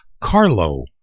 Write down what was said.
Carlo